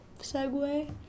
segue